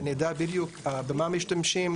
שנדע בדיוק במה משתמשים,